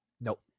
Nope